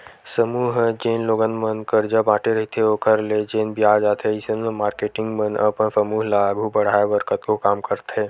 समूह ह जेन लोगन मन करजा बांटे रहिथे ओखर ले जेन बियाज आथे अइसन म मारकेटिंग मन अपन समूह ल आघू बड़हाय बर कतको काम करथे